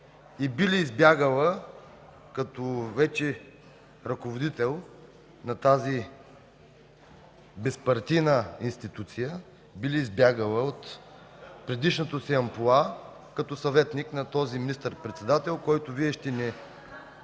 И вече като ръководител на тази безпартийна институция би ли избягала от предишното си амплоа като съветник на този министър-председател, който Вие ще ни